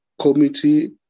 Committee